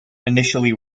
initially